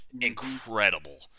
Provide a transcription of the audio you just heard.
incredible